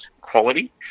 quality